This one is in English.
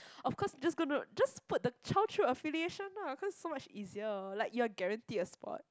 of course you just gonna just put the child through affiliation lah cause it's so much easier like you are guaranteed a spot